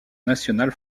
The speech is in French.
nationale